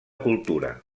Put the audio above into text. cultura